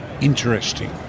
interesting